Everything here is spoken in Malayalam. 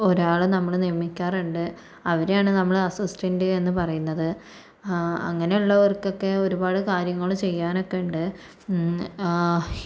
ഒരാൾ നമ്മളെ നിയമിക്കാറുണ്ട് അവരെയാണ് നമ്മൾ അസിസ്റ്റൻ്റ് എന്നു പറയുന്നത് അങ്ങനെയുള്ളവർക്കൊക്കെ ഒരുപാട് കാര്യങ്ങൾ ചെയ്യാനൊക്കെ ഉണ്ട്